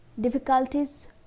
Difficulties